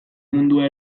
mundua